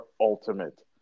ultimate